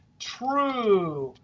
true,